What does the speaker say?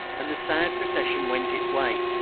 and the sad procession went its way.